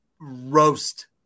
roast